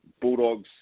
Bulldogs